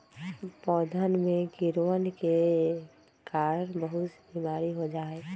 पौधवन में कीड़वन के कारण बहुत से बीमारी हो जाहई